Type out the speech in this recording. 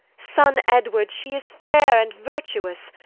sonne edward, she is faire and vertuous,